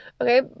Okay